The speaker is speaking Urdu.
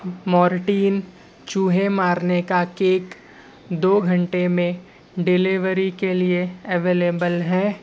مارٹین چوہے مارنے کا کیک دو گھنٹے میں ڈیلیوری کے لیے اویلیبل ہے